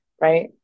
Right